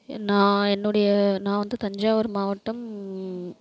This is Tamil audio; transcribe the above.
எ நான் என்னுடைய நான் வந்து தஞ்சாவூர் மாவட்டம்